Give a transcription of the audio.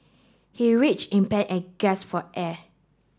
he reach in pain and gasp for air